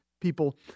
people